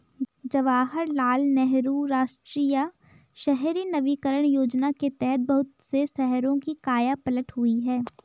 जवाहरलाल नेहरू राष्ट्रीय शहरी नवीकरण योजना के तहत बहुत से शहरों की काया पलट हुई है